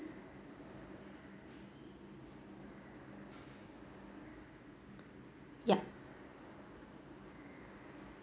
yup